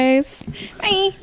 Bye